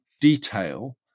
detail